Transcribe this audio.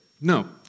No